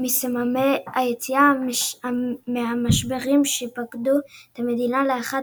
מסממני היציאה מהמשברים שפקדו את המדינה לאחר